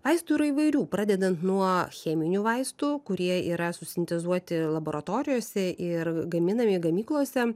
vaistų yra įvairių pradedant nuo cheminių vaistų kurie yra susintezuoti laboratorijose ir gaminami gamyklose